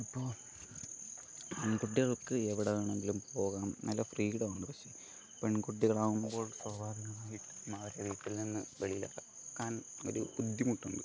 അപ്പോൾ ആൺകുട്ടികൾക്ക് എവിടെ വേണമെങ്കിലും പോകാം നല്ല ഫ്രീഡം ഉണ്ട് പക്ഷെ പെൺകുട്ടികൾ ആവുമ്പോൾ സ്വാഭാവികമായിട്ടും അവരെ വീട്ടിൽ നിന്നും വെളിയിൽ ഇറക്കാൻ ഒരു ബുദ്ധിമുട്ടുണ്ട്